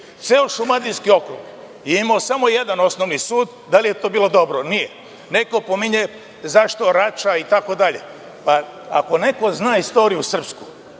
Ceo Šumadijski okrug je imao samo jedan osnovni sud. Da li je to bilo dobro? Nije. Neko pominje – zašto Rača itd.? Ako neko zna srpsku